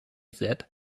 said